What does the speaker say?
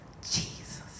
Jesus